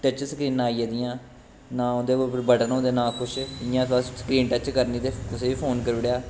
touch स्क्रीनां आई गेदियां ना उंदे पर बटन होंदे ना कुश इयां बस स्क्रीन टच करनी ते कुसे गी बी फोन करी ओड़ेआ